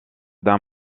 d’un